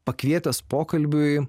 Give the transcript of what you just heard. pakvietęs pokalbiui